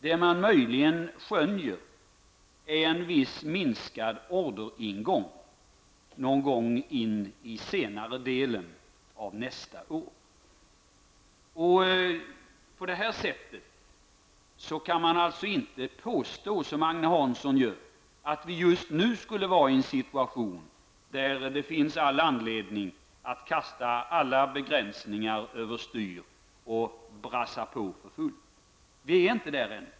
Vad man möjligen skönjer är en viss minskning av orderingången under senare delen av nästa år. Därför kan man alltså inte påstå, som Agne Hansson gör, att vi just nu skulle befinna oss i en situation där det finns all anledning att kasta alla begränsningar över styr och brassa på för fullt. Vi är inte där ännu.